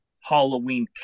Halloween